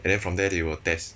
and then from there they will test